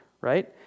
right